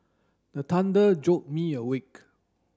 the thunder jolt me awake